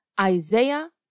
Isaiah